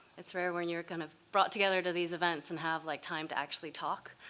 it's rare when you're kind of brought together to these events and have like time to actually talk.